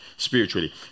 Spiritually